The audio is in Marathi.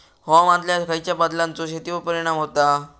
हवामानातल्या खयच्या बदलांचो शेतीवर परिणाम होता?